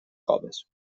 coves